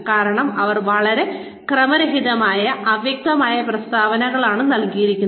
കാരണം അവർ വളരെ ക്രമരഹിതമായ അവ്യക്തമായ പ്രസ്താവനകളാണ് നൽകിയിരിക്കുന്നത്